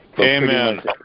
Amen